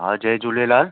हा जय झूलेलाल